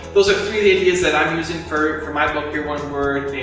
those are three of the ideas that i'm using for for my book, your one word,